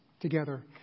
together